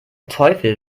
teufel